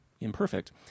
imperfect